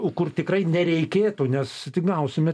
o kur tikrai nereikėtų nes tik gausime